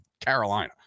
Carolina